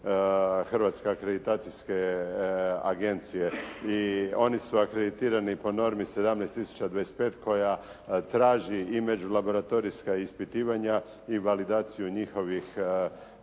Hrvatske akreditacijske agencije. I oni su akreditirani po normi 17,25 koja traži i međulaboratorijska ispitivanja i validaciju njihovih